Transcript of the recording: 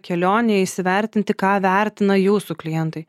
kelionėj įsivertinti ką vertina jūsų klientai